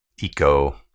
eco